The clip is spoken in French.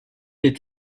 est